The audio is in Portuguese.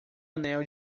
anel